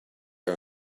are